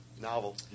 novel